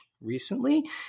recently